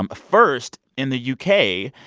um first, in the u k,